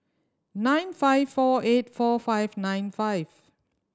nine five four eight four five nine five